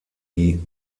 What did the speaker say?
die